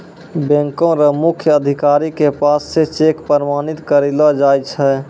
बैंको र मुख्य अधिकारी के पास स चेक प्रमाणित करैलो जाय छै